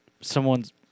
someone's